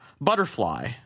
butterfly